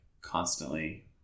constantly